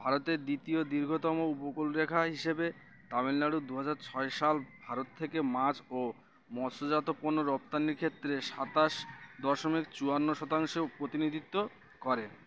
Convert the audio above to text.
ভারতের দ্বিতীয় দীর্ঘতম উপকল রেখা হিসেবে তামিলনাড়ু দু হাজার ছয় সাল ভারত থেকে মাছ ও মৎসজাত পণ্য রপ্তানির ক্ষেত্রে সাতাশ দশমিক চুয়ান্ন শতাংশে প্রতিনিধিত্ব করে